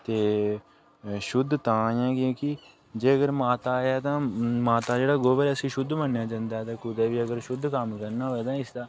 ते शुद्ध तां ऐ क्योंकि जेकर माता ऐ तां माता दा जेह्ड़ा गोबर ऐ इसी शुद्ध मन्नेआ जंदा ऐ कुदै बी अगर शुद्ध कम्म करना होवे ते इसदा